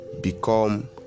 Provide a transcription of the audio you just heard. become